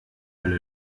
hölle